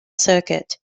circuit